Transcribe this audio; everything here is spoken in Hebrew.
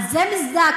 על זה מזדעקים,